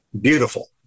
beautiful